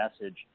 message